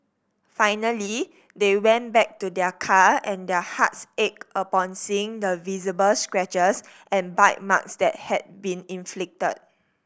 finally they went back to their car and their hearts ached upon seeing the visible scratches and bite marks that had been inflicted